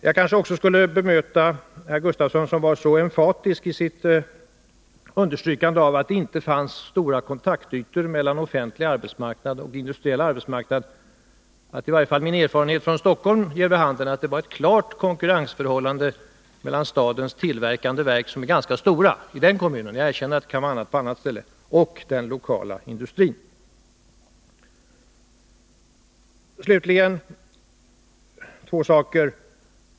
Jag kanske också skulle bemöta herr Gustafsson när han var så emfatisk i sitt understrykande av att det inte fanns några större kontaktytor mellan den offentliga arbetsmarknaden och den industriella. I varje fall min erfarenhet från Stockholm ger vid handen att det finns ett klart konkurrensförhållande mellan stadens tillverkande verk, som är ganska stora i den kommunen — jag erkänner att förhållandena kan vara annorlunda på andra ställen — och den lokala industrin. Slutligen ytterligare två saker.